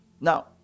now